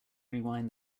rewind